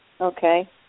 Okay